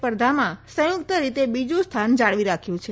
સ્પર્ધામાં સંયુક્ત રીતે બીજુ સ્થાન જાળવી રાખ્યું છે